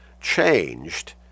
changed